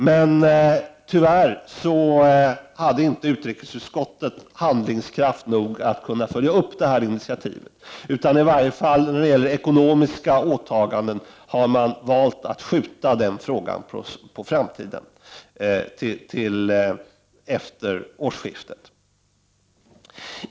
Men tyvärr hade utrikesutskottet inte handlingskraft nog att följa upp detta initiativ. Åtminstone när det gäller ekonomiska åtaganden har utskottsmajoriteten valt att skjuta den frågan på framtiden till efter årsskiftet.